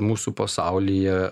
mūsų pasaulyje